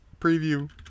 preview